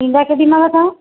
ईंदा केॾीमहिल तव्हां